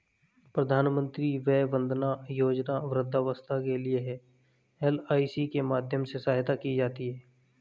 प्रधानमंत्री वय वंदना योजना वृद्धावस्था के लिए है, एल.आई.सी के माध्यम से सहायता की जाती है